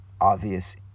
obvious